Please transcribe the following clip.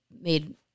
made